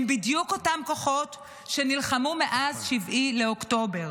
הם בדיוק אותם כוחות שנלחמו מאז 7 באוקטובר,